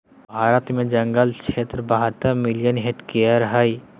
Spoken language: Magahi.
भारत में जंगल क्षेत्र बहत्तर मिलियन हेक्टेयर हइ